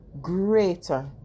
greater